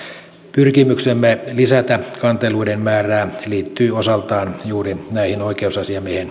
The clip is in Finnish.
pyrkimyksemme lisätä kanteluiden määrää liittyy osaltaan juuri näihin oikeusasiamiehen